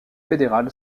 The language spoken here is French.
fédéral